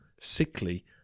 sickly